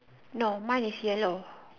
no mine is yellow